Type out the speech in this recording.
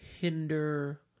hinder